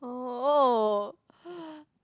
oh oh